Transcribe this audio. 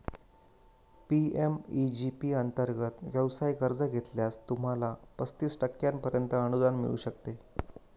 PMEG P अंतर्गत व्यवसाय कर्ज घेतल्यास, तुम्हाला पस्तीस टक्क्यांपर्यंत अनुदान मिळू शकते